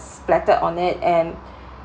splattered on it and